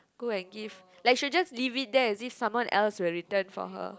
go and give like should just leave it there as if someone else will return for her